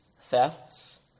thefts